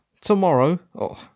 tomorrow